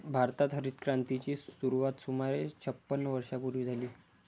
भारतात हरितक्रांतीची सुरुवात सुमारे छपन्न वर्षांपूर्वी झाली